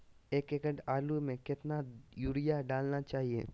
एक एकड़ आलु में कितना युरिया डालना चाहिए?